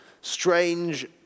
strange